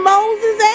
Moses